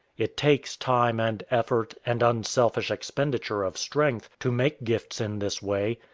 it takes time and effort and unselfish expenditure of strength to make gifts in this way.